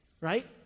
right